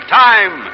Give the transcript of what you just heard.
time